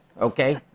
Okay